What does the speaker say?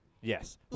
Yes